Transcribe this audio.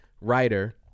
writer